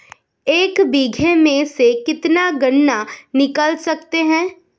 एक बीघे में से कितना गन्ना निकाल सकते हैं?